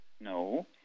No